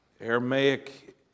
Aramaic